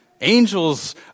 Angels